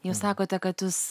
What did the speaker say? jūs sakote kad jūs